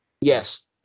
Yes